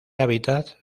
hábitats